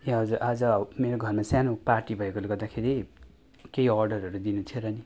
ए हजुर आज मेरो घरमा सानो पार्टी भएकोले गर्दाखेरि केही अर्डरहरू दिनु थियो र नि